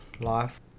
life